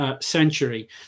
century